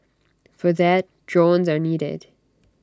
for that drones are needed